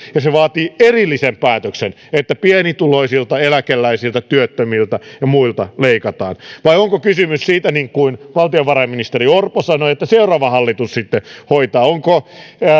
ja se vaatii erillisen päätöksen että pienituloisilta eläkeläisiltä työttömiltä ja muilta leikataan vai onko kysymys siitä niin kuin valtiovarainministeri orpo sanoi että seuraava hallitus sitten hoitaa onko